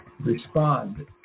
respond